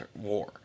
war